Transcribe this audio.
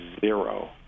zero